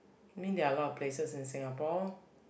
mean there are a lot of places in Singapore